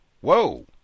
whoa